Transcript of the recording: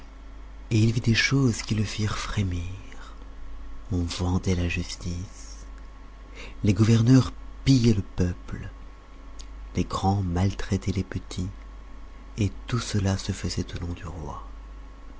et il vit des choses qui le firent frémir on vendait la justice les gouverneurs pillaient le peuple les grands maltraitaient les petits et tout cela se faisait au nom du roi